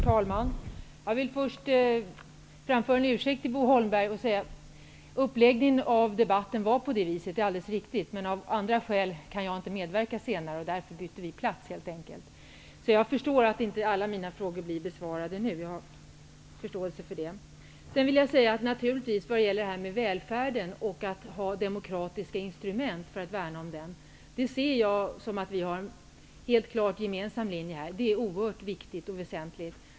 Herr talman! Jag vill först framföra en ursäkt till Bo Holmberg. Den uppläggning av debatten som han redovisade är helt riktig. Av andra skäl kan jag emellertid inte medverka senare, och därför har jag bytt plats på talarlistan. Jag har förståelse för att inte alla mina frågor blir besvarade nu. När det gäller välfärden och att man skall ha demokratiska instrument för att värna om den har vi helt klart en gemensam linje. Det är oerhört viktigt och väsentligt.